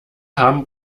haben